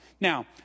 Now